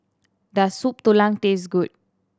does Soup Tulang taste good